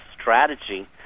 strategy